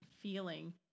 feeling